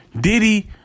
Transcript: Diddy